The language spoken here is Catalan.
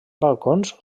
balcons